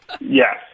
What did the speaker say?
Yes